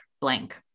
blank